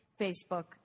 Facebook